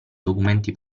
documenti